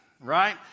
Right